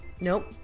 Nope